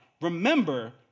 Remember